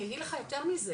אני אגיד לך יותר מזה,